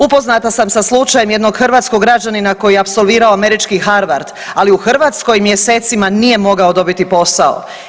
Upoznata sam sa slučajem jednog hrvatskog građanina koji je apsolvirao američki Harvard ali u Hrvatskoj mjesecima nije mogao dobiti posao.